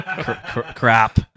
Crap